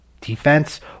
defense